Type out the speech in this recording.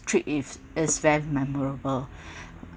trip is it's very memorable